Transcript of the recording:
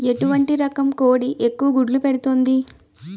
ఎటువంటి రకం కోడి ఎక్కువ గుడ్లు పెడుతోంది?